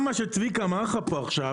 גם מה שצביקה אמר לך פה עכשיו,